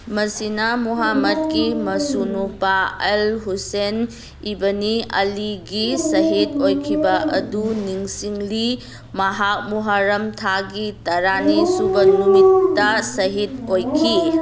ꯃꯁꯤꯅ ꯃꯨꯍꯥꯃꯠꯀꯤ ꯃꯁꯨꯅꯨꯄꯥ ꯑꯜ ꯍꯨꯁꯦꯟ ꯏꯕꯅꯤ ꯑꯂꯤꯒꯤ ꯁꯍꯤꯗ ꯑꯣꯏꯈꯤꯕ ꯑꯗꯨ ꯅꯤꯡꯁꯤꯡꯂꯤ ꯃꯍꯥꯛ ꯃꯨꯍꯔꯝ ꯊꯥꯒꯤ ꯇꯔꯥꯅꯤ ꯁꯨꯕ ꯅꯨꯃꯤꯠꯇ ꯁꯍꯤꯗ ꯑꯣꯏꯈꯤ